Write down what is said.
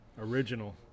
original